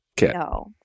No